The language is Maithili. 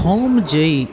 हम जेहि